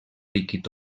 líquid